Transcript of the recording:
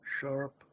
sharp